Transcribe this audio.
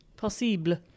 Possible